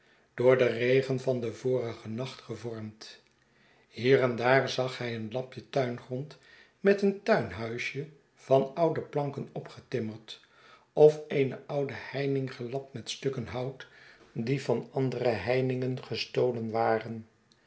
door den regen van den vorigen nacht gevormd hier en daar zag hij een lapje tuingrond met een tuinhuisje van oude planken opgetimmerd of eene oude heining gelapt met stukken hout die van andere heiningen gestolen waren